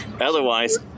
Otherwise